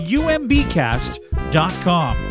umbcast.com